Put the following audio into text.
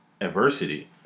adversity